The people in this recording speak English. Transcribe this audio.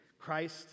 Christ